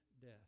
death